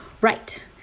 Right